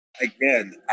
Again